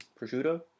prosciutto